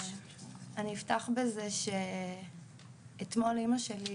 אני אפתח בזה שאתמול אימא שלי